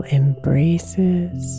embraces